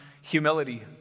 humility